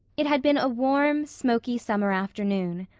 it had been a warm, smoky summer afternoon.